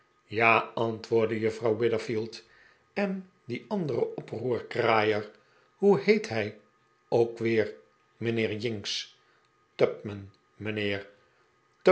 ja antwoordde juffrouw witherfield en die andere oproerkraaier hoe heet hij ook weer mijnheer jinks